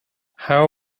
how